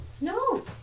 No